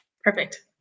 Perfect